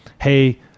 Hey